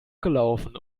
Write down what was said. gelaufen